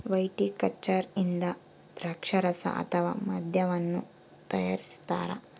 viticulture ಇಂದ ದ್ರಾಕ್ಷಾರಸ ಅಥವಾ ಮದ್ಯವನ್ನು ತಯಾರಿಸ್ತಾರ